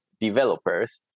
developers